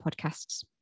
podcasts